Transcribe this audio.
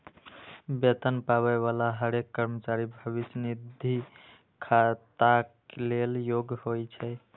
वेतन पाबै बला हरेक कर्मचारी भविष्य निधि खाताक लेल योग्य होइ छै